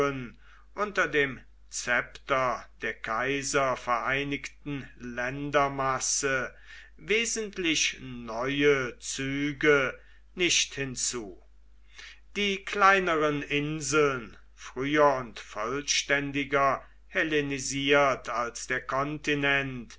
unter dem szepter der kaiser vereinigten ländermasse wesentlich neue züge nicht hinzu die kleineren inseln früher und vollständiger hellenisiert als der kontinent